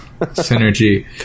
Synergy